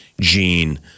gene